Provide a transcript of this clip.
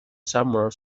summer